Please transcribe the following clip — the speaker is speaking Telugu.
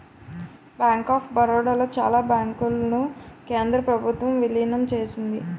బ్యాంక్ ఆఫ్ బరోడా లో చాలా బ్యాంకులను కేంద్ర ప్రభుత్వం విలీనం చేసింది